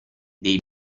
dei